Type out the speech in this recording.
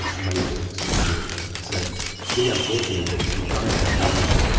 and money talks at the end of the day. so it's really unfortunate that if you don't have money,